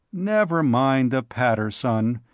never mind the patter, son,